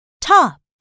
top